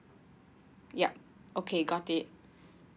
yup okay got it